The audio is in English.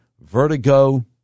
vertigo